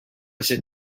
sit